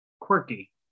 Quirky